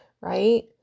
right